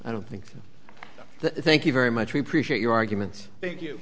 i don't think that thank you very much we appreciate your arguments thank you